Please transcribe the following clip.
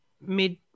mid